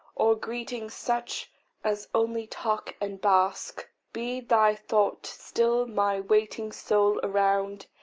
or greeting such as only talk and bask, be thy thought still my waiting soul around,